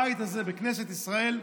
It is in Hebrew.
בכנסת ישראל,